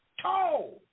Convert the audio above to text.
tall